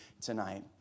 tonight